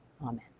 amen